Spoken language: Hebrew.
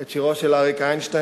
את שירו של אריק איינשטיין,